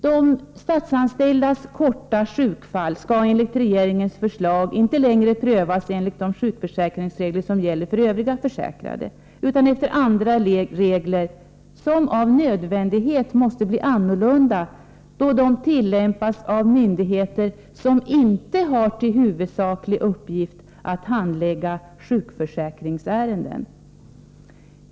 De statsanställdas korta sjukfall skall enligt regeringens förslag inte längre prövas enligt de sjukförsäkringsregler som gäller för övriga försäkrade, utan efter andra regler som av nödvändighet måste bli annorlunda då de skall tillämpas av myndigheter som inte har till huvudsaklig uppgift att handlägga sjukförsäkringsärenden.